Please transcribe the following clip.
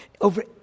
over